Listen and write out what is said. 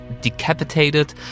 decapitated